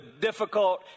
difficult